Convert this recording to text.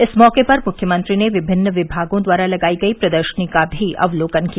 इस मौके पर मुख्यमंत्री ने विमिन्न विमागों द्वारा लगायी गयी प्रदर्शनी का भी अवलोकन किया